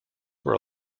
were